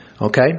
Okay